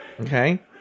Okay